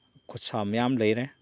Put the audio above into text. ꯈꯨꯠꯁꯥ ꯃꯌꯥꯝ ꯂꯩꯔꯦ